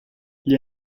igl